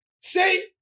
Say